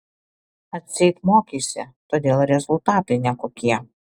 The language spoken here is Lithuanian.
atseit mokeisi todėl rezultatai nekokie